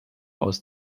aus